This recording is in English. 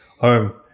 Home